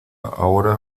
ahora